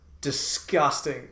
disgusting